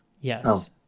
Yes